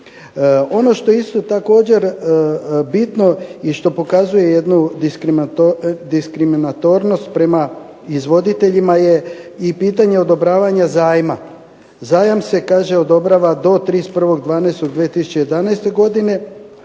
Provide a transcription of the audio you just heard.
Ono što isto također bitno i što pokazuje jednu diskriminatornost prema izvoditeljima je pitanje odobravanja zajma. Zajam se kaže odobrava do 31. 12. 2011. a